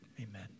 amen